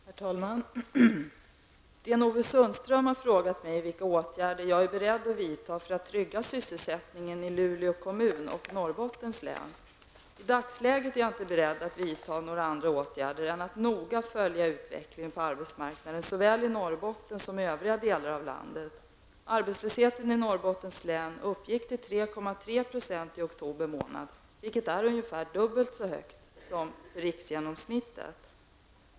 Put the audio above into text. Herr talman! Sten-Ove Sundström har frågat mig vilka åtgärder jag är beredd att vidta för att trygga sysselsättningen i Luleå kommun och Norrbottens län. I dagsläget är jag inte beredd att vidta några andra åtgärder än att noga följa utvecklingen på arbetsmarknaden såväl i Norrbotten som i övriga delar av landet. Arbetslösheten i Norrbottens län uppgick till 3,3 % i oktober månad, vilket innebär att den är ungefär dubbelt så hög som riksgenomsnittet.